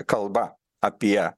kalba apie